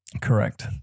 correct